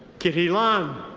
kitty lan.